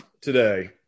today